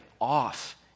off